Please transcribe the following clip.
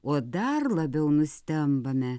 o dar labiau nustembame